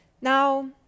Now